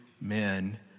men